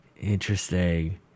interesting